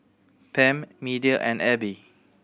Pam Media and Abby